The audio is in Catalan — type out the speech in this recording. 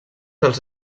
dels